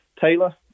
Taylor